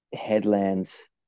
headlands